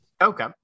Okay